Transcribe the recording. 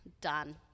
Done